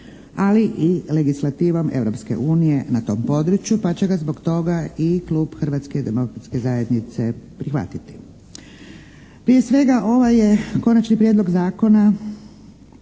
ali i legislativom Europske unije na tom području pa će ga zbog toga i klub Hrvatske demokratske zajednice prihvatiti. Prije svega ovaj je konačni prijedlog zakona